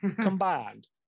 Combined